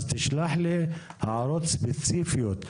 אז תשלח הערות ספציפיות,